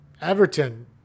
Everton